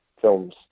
films